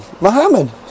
Muhammad